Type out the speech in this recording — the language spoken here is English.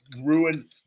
ruin